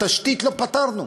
תשתית לא פתרנו.